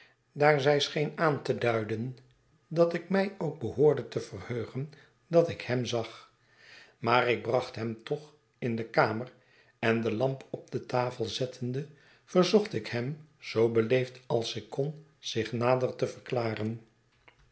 daar zij scheen aan te duiden dat ik mij ook behoorde te verheugen dat ik hem zag maar ik bracht hem toch in de kamer en de lamp op de tafel zettende verzocht ik hem zoo beleefd als ik kon zich nader te verklaren